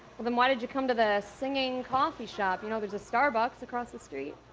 well then why did you come to the singing coffee shop? you know, there's a starbucks across the street.